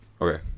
Okay